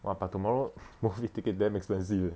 what but tomorrow movie ticket damn expensive eh